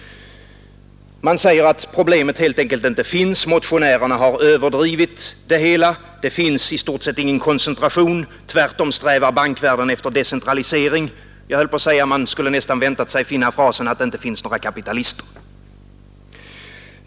Man säger att problemet helt enkelt inte finns. Motionärerna har överdrivit det hela. Det existerar i stort sett ingen koncentration. Tvärtom strävar bankvärlden efter decentralisering. — Jag skulle nästan ha väntat mig att också hitta frasen att det inte finns några kapitalister.